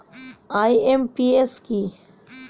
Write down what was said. IMPS কি?